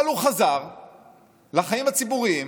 אבל הוא חזר לחיים הציבוריים